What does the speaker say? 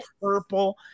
purple